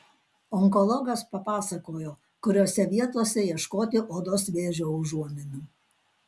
onkologas papasakojo kuriose vietose ieškoti odos vėžio užuominų